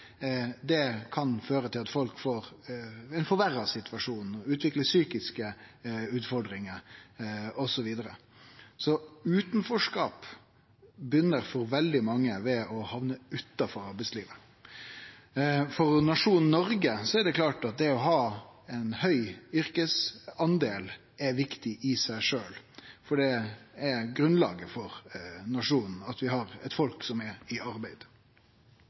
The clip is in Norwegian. lenger kan føre til ein forverra situasjon, psykiske utfordringar osv. Utanforskap botnar for veldig mange i det å hamne utanfor arbeidslivet. For nasjonen Noreg er det klart at det å ha eit høgt tal på yrkesaktive er viktig i seg sjølv. Det er grunnlaget for nasjonen at vi har eit folk som er i arbeid.